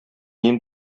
минем